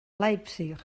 leipzig